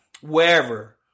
wherever